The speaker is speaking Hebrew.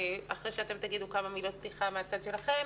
אחרי שאתם תגידו כמה מילות פתיחה מן הצד שלכם,